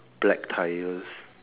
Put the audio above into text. black tyres